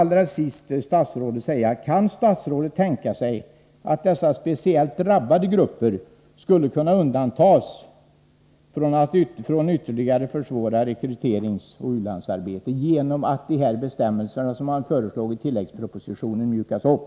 Allra sist vill jag fråga: Kan statsrådet tänka sig att de här speciellt drabbade grupperna skulle kunna undantas från ytterligare försvårande av rekryteringsoch u-landsarbete genom att dessa bestämmelser, som har föreslagits i tilläggspropositionen, mjukas upp?